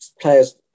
players